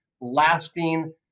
lasting